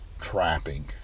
trapping